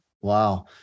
Wow